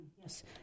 Yes